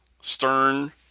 stern